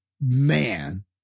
man